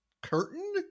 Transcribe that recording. Curtain